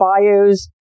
bios